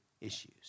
issues